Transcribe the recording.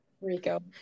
Rico